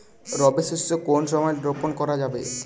রবি শস্য কোন সময় রোপন করা যাবে?